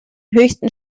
höchsten